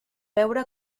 veure